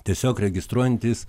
tiesiog registruojantys